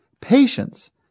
Patience